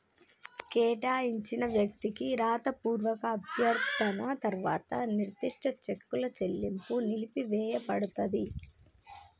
కేటాయించిన వ్యక్తికి రాతపూర్వక అభ్యర్థన తర్వాత నిర్దిష్ట చెక్కుల చెల్లింపు నిలిపివేయపడతది